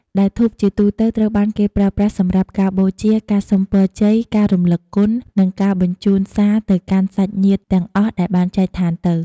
ដែលធូបជាទូទៅត្រូវបានគេប្រើប្រាស់សម្រាប់ការបូជា ការសុំពរជ័យ ការរំលឹកគុណ និងការបញ្ជូនសារទៅសាច់ញាតិទាំងអស់ដែលបានចែកឋានទៅ។